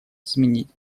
изменить